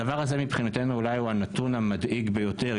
הדבר הזה מבחינתנו אולי הוא הנתון המדאיג ביותר.